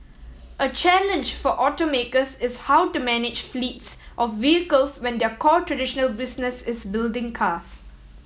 a challenge for automakers is how to manage fleets of vehicles when their core traditional business is building cars